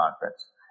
conference